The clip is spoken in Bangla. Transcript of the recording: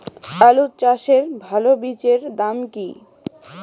আলু চাষের ভালো বীজের নাম কি?